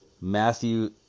Matthew